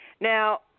Now